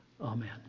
Amen